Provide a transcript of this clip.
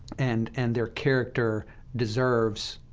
and and their character deserves,